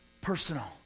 personal